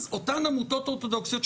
אז אותן עמותות אורתודוכסיות,